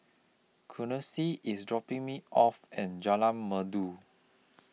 Quincy IS dropping Me off and Jalan Merdu